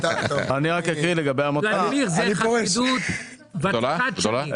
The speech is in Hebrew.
זאת חסידות ותיקת שנים.